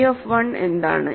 phi of 1 എന്താണ്